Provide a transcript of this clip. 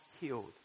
healed